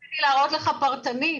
רציתי להראות לך פרטנית.